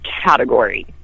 category